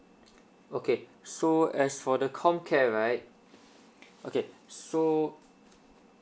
okay so as for the COMCARE right okay so